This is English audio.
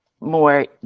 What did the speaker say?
more